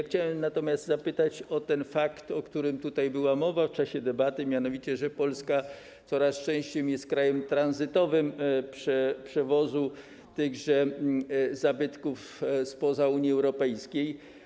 Chciałbym natomiast zapytać o fakt, o którym tutaj była mowa w czasie debaty, mianowicie że Polska coraz częściej jest krajem tranzytowym, jeśli chodzi o przewóz tychże zabytków spoza Unii Europejskiej.